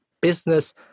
business